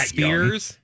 Spears